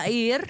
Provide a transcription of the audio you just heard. תאיר,